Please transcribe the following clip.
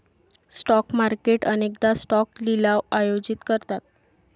stock market अनेकदा stock लिलाव आयोजित करतात